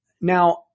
Now